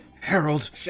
Harold